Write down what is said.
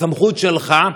בסמכות שלך,